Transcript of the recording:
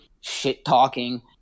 shit-talking